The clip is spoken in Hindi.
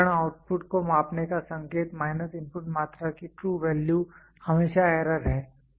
उपकरण आउटपुट को मापने का संकेत माइनस इनपुट मात्रा की ट्रू वैल्यू हमेशा एरर है